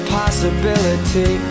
possibility